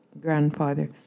grandfather